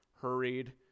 hurried